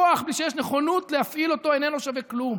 כוח בלי שיש נכונות להפעיל אותו איננו שווה כלום.